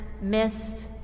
missed